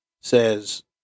says